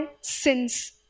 sins